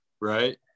right